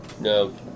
No